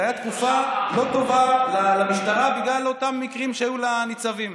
זו הייתה תקופה לא טובה למשטרה בגלל אותם מקרים שהיו לניצבים.